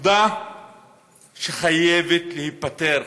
נקודה שחייבת להיפתר,